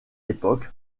époque